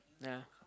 yeah